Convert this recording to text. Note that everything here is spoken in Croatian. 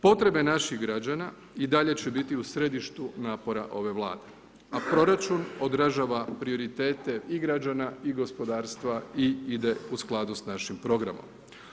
Potrebe naših građana i dalje će biti u središtu napora ove Vlade, a proračun odražava prioritete i građana i gospodarstva i ide u skladu sa našim programom.